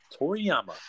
Toriyama